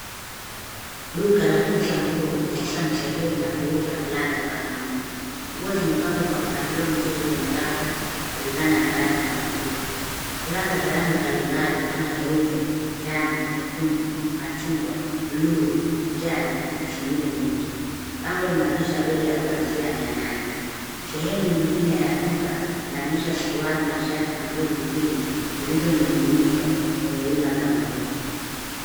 Duka la kuuza nguo, hususan sehemu ya kuuza fulana za wanaume. Nguo zimepangwa kwa mpangilio mzuri kwenye rafu kulingana na rangi na ukubwa. Fulana za rangi. Fulana za rangi mbali mbali ka vile nyeupe, nyekundu, njano, machungwa, buluu, kijani na zingne nyingi. Bango zinaonyesha bei ya kuanzia mia nane. Sehemu nyingine ya duka inaonyesha suruali, mashati na nguo nyingine zilizoning'inizwa kwenye wima za nguo.